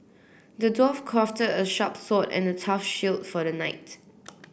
the dwarf crafted a sharp sword and a tough shield for the knight